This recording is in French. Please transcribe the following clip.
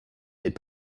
n’est